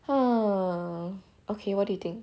err okay what do you think